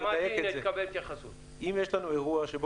אם יש לנו אירוע,